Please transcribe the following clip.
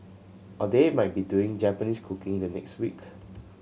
or they might be doing Japanese cooking the next week